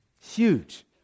huge